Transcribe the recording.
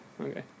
Okay